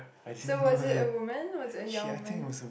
so was it a woman was it a young woman